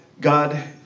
God